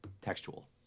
textual